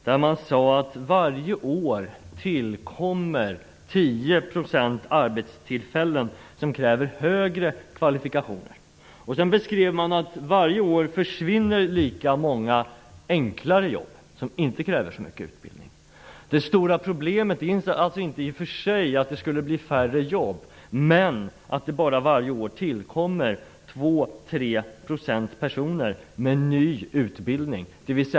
Den visade att det varje år tillkommer Varje år försvinner lika många enklare jobb, som inte kräver så hög utbildning. Det stora problemet är alltså inte att det blir färre jobb utan att det bara tillkommer 2-3 % personer med ny utbildning varje år.